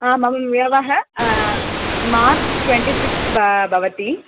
आम् March twenty sixth भवति